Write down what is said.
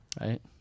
Right